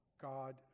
God